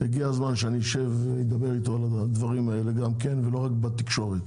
הגיע הזמן שאני אשב ואדבר איתו על הדברים האלה ולא רק בתקשורת.